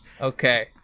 okay